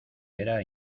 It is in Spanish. era